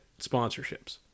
sponsorships